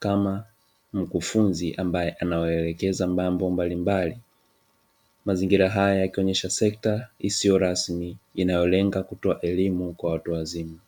kama mkufunzi ambaye anawaelekeza mambo mbalimbali. Mazingira haya yakionyesha sekta isiyo rasmi inayolenga kutoa elimu kwa watu wazima.